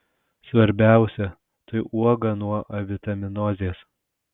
svarbiausia tai uoga nuo avitaminozės